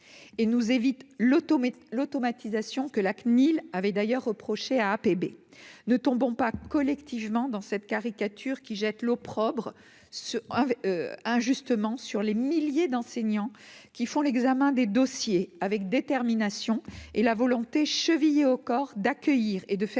l'auto mais l'automatisation que la CNIL avait d'ailleurs reprochait à APB, ne tombons pas collectivement dans cette caricature qui jettent l'opprobre sur injustement sur les milliers d'enseignants qui font l'examen des dossiers avec détermination et la volonté chevillée au corps d'accueillir et de faire